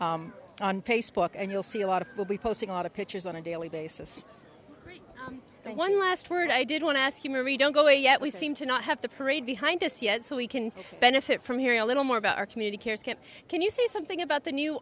book and you'll see a lot of will be posting a lot of pictures on a daily basis and one last word i did want to ask you mary don't go away yet we seem to not have the parade behind us yet so we can benefit from hearing a little more about our community cares can't can you say something about the new